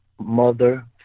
mother